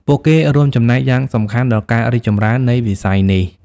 ពួកគេរួមចំណែកយ៉ាងសំខាន់ដល់ការរីកចម្រើននៃវិស័យនេះ។